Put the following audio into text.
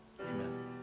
Amen